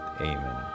amen